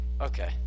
Okay